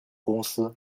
公司